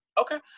Okay